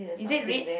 is it red